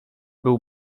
był